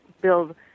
build